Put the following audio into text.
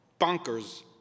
bonkers